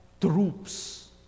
troops